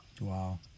Wow